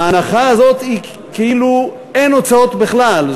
ההנחה הזאת היא כאילו אין הוצאות בכלל,